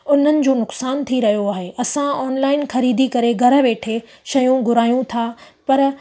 उन्हनि जो नुक़सानु थी रहियो आहे असां ऑनलाइन ख़रीदी करे घरु वेठे शयूं घुरायूं था पर